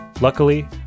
Luckily